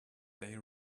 they